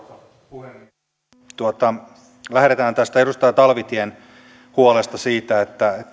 puhemies lähdetään tästä edustaja talvitien huolesta siitä että